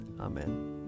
Amen